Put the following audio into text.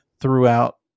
throughout